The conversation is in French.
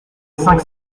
cinq